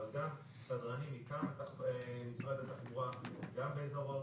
אבל גם סדרנים מטעם משרד התחבורה גם באזור האוטובוסים,